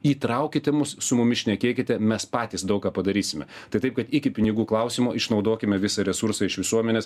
įtraukite mūsų su mumis šnekėkite mes patys daug ką padarysime tai taip kad iki pinigų klausimo išnaudokime visą resursą iš visuomenės